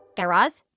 guy raz?